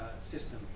system